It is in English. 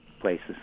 places